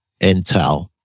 intel